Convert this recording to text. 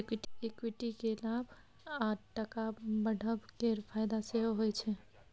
equity केँ लाभ आ टका बढ़ब केर फाएदा सेहो होइ छै